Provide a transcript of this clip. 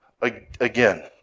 again